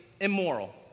immoral